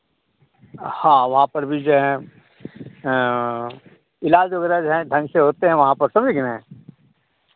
हाँ वहाँ पर भी जो हैं इलाज वगैरह जो हैं ढंग से होते हैं वहाँ पर समझे कि नहीं